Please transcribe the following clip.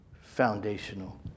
foundational